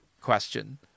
question